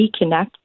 reconnect